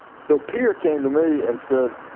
so pierre came to me and said